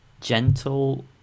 gentle